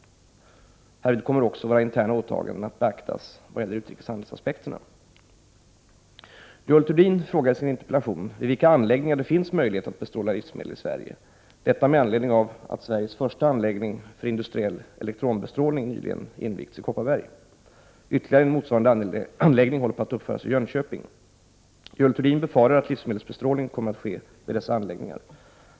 Härvid kommer också våra interna åtaganden att beaktas vad gäller utrikeshandelsaspekterna. Görel Thurdin frågar i sin interpellation vid vilka anläggningar det finns möjlighet att bestråla livsmedel i Sverige, detta med anledning av att Sveriges första anläggning för industriell elektronbestrålning nyligen invigts i Kopparberg. Ytterligare en motsvarande anläggning håller på att uppföras i Jönköping. Görel Thurdin befarar att livsmedelsbestrålning kommer att ske vid dessa anläggningar.